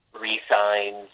re-signed